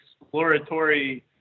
exploratory